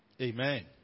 Amen